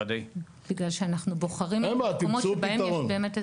בגלל שאנחנו בוחרים את המקומות שבהם יש באמת --- אין בעיה,